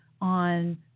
on